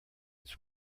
its